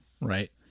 right